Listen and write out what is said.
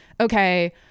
okay